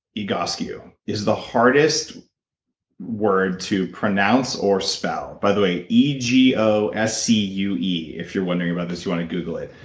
egoscue is the hardest word to pronounce or spell. by the way, e g o s c u e if you're wondering about this and you want to google it.